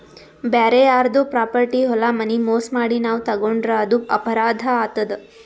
ಬ್ಯಾರೆ ಯಾರ್ದೋ ಪ್ರಾಪರ್ಟಿ ಹೊಲ ಮನಿ ಮೋಸ್ ಮಾಡಿ ನಾವ್ ತಗೋಂಡ್ರ್ ಅದು ಅಪರಾಧ್ ಆತದ್